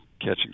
catching